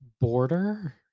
border